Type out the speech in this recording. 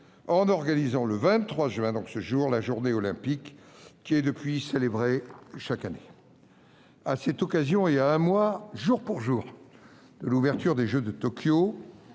en organisant le 23 juin la Journée Olympique, qui est, depuis lors, célébrée chaque année. À cette occasion, et à un mois, jour pour jour, de l'ouverture des jeux de Tokyo,